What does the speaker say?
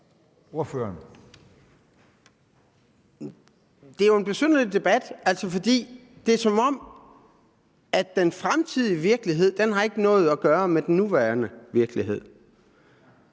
Det er jo en besynderlig debat, for det er, som om den fremtidige virkelighed ikke har noget at gøre med den nuværende virkelighed.